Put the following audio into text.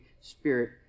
Spirit